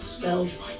Bells